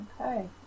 Okay